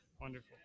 Wonderful